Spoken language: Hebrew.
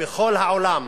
בכל העולם